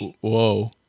Whoa